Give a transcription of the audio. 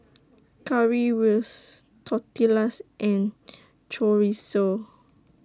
Currywurst Tortillas and Chorizo